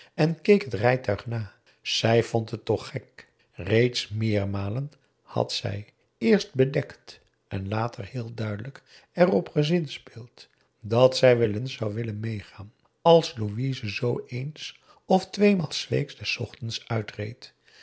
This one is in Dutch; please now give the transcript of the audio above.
en keek het rijtuig na zij vond het toch gek reeds meermalen had zij eerst bedekt en later heel duidelijk erop gezinspeeld dat zij wel eens zou willen meegaan als louise zoo eens of tweemaal s weeks des ochtends